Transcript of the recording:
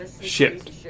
shipped